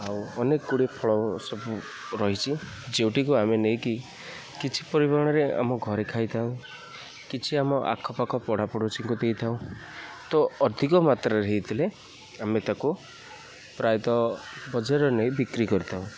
ଆଉ ଅନେକ ଗୁଡ଼ିଏ ଫଳ ସବୁ ରହିଛି ଯେଉଁଠିକୁ ଆମେ ନେଇକି କିଛି ପରିମାଣରେ ଆମ ଘରେ ଖାଇଥାଉ କିଛି ଆମ ଆଖପାଖ ପଢ଼ାପଡ଼ୋଶୀଙ୍କୁ ଦେଇଥାଉ ତ ଅଧିକ ମାତ୍ରାରେ ହୋଇଥିଲେ ଆମେ ତାକୁ ପ୍ରାୟତଃ ବଜାରରେ ନେଇ ବିକ୍ରି କରିଥାଉ